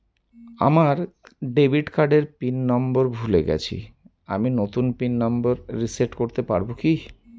আমার ডেবিট কার্ডের PIN number ভুলে গেছি আমি নূতন পিন নম্বর রিসেট করতে পারবো কি?